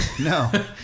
No